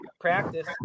practice